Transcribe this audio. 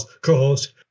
co-host